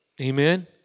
Amen